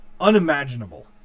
unimaginable